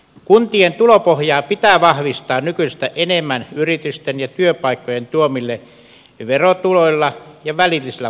kuntien tulopohjaa pitää vahvistaa nykyistä enemmän yritysten ja työpaikkojen tuomilla verotuloilla ja välillisillä vaikutuksilla